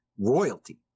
royalty